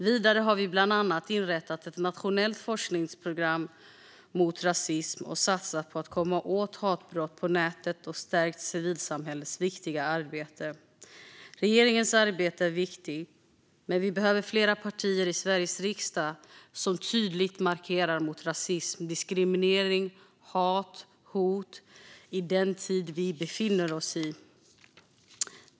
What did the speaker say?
Vidare har vi bland annat inrättat ett nationellt forskningsprogram mot rasism, satsat på att komma åt hatbrott på nätet och stärkt civilsamhällets viktiga arbete. Regeringens arbete är viktigt, men vi behöver fler partier i Sveriges riksdag som tydligt markerar mot rasism, diskriminering, hat och hot i den tid vi befinner oss i.